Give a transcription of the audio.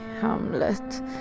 Hamlet